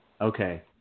Okay